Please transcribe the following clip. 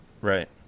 Right